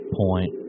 point